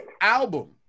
album